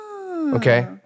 Okay